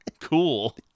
Cool